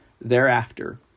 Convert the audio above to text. thereafter